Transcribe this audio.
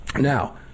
now